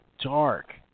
dark